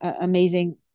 amazing